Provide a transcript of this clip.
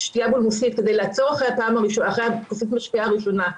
בולמוסית, כדי לעצור אחרי כוסית המשקה הראשונה.